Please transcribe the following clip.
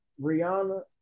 Rihanna